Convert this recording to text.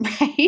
right